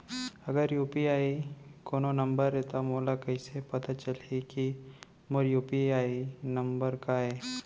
अगर यू.पी.आई कोनो नंबर ये त मोला कइसे पता चलही कि मोर यू.पी.आई नंबर का ये?